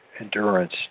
endurance